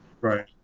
Right